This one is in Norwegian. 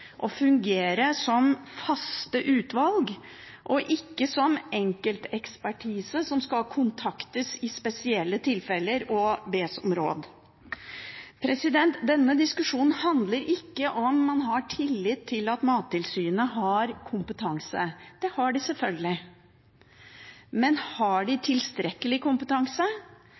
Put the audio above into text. og fungere som faste utvalg, og ikke som enkeltekspertise som skal kontaktes i spesielle tilfeller og bes om råd. Denne diskusjonen handler ikke om man har tillit til at Mattilsynet har kompetanse. Det har det selvfølgelig. Men har det tilstrekkelig kompetanse? Er de